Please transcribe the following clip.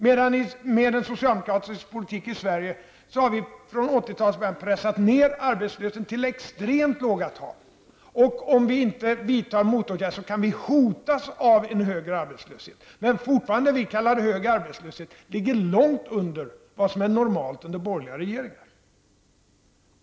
Med den socialdemokratiska politiken i Sverige har vi sedan 1980-talets början pressat ned arbetslösheten till extremt låga siffror. Om vi inte vidtar motåtgärder kan vi hotas av en högre arbetslöshet. Men det vi då kallar hög arbetslöshet ligger fortfarande långt under vad som är normalt under borgerliga regeringar.